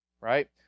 right